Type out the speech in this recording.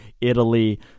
Italy